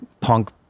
punk